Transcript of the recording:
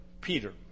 Peter